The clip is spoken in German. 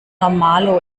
normalo